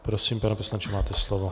Prosím, pane poslanče, máte slovo.